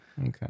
Okay